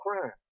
crime